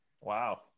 Wow